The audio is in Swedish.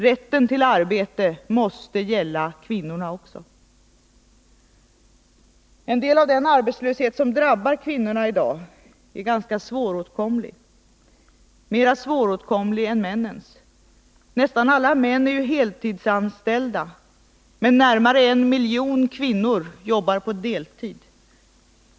Rätten till arbete måste också gälla kvinnorna. En del av den arbetslöshet som i dag drabbar kvinnorna är ganska svåråtkomlig, mer svåråtkomlig än männens. Nästan alla män är ju heltidsanställda, medan nära 1 miljon kvinnor jobbar på deltid.